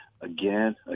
again